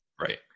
Right